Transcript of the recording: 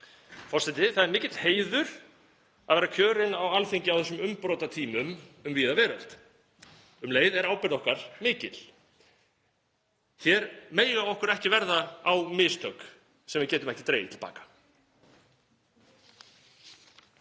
Forseti. Það er mikill heiður að vera kjörinn á Alþingi á þessum umbrotatímum um víða veröld. Um leið er ábyrgð okkar mikil. Hér mega okkur ekki verða á mistök sem við getum ekki dregið til baka.